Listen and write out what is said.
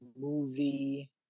movie